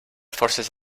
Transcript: forces